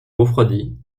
refroidi